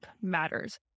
matters